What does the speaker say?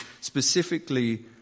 specifically